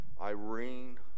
Irene